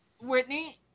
Whitney